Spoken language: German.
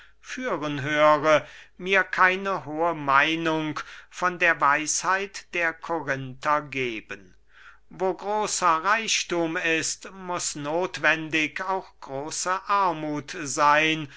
führen höre mir keine hohe meinung von der weisheit der korinther geben wo großer reichthum ist muß nothwendig auch große armuth seyn